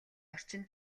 орчин